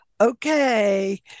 okay